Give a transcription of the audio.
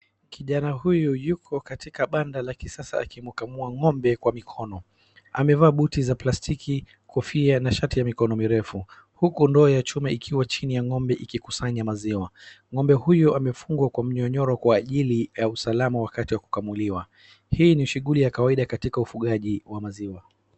Kijana huyu yuko katika banda la kisasa akimkamua ng'ombe kwa mikono. Amevaa buti la plastiki, kofia na shati ya mikono mirefu huku ndoo ya chuma ikiwa chini ya ng'ombe ikikusanya maziwa. Ngombe huyu amefungwa kwa mnyonyoro kwa ajili ya usalama wakati wa kukamuliwa. Hii ni shughuli ya kawaida katika ufugaji wa maziwa.